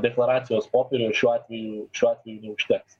deklaracijos popierių šiuo atveju šiuo atveju neužteks